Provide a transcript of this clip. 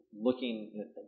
looking